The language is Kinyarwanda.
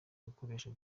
ibikoresho